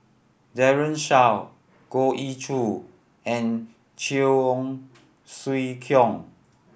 Daren Shiau Goh Ee Choo and Cheong Siew Keong